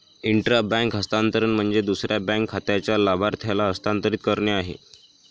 intra bank हस्तांतरण म्हणजे दुसऱ्या बँक खात्याच्या लाभार्थ्याला हस्तांतरित करणे आहे